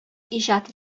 иҗат